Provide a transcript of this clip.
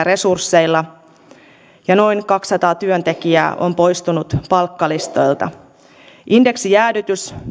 resursseilla ja noin kaksisataa työntekijää on poistunut palkkalistoilta indeksijäädytys